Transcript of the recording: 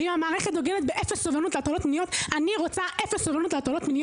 ואם המערכת דוגלת באפס סובלנות כלפי הטרדות מינית,